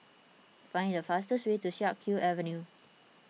find the fastest way to Siak Kew Avenue